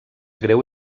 greu